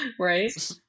Right